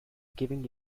giving